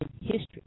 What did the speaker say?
History